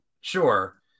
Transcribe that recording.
sure